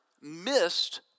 missed